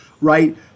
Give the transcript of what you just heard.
right